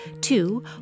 Two